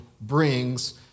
brings